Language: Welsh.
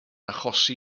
achosi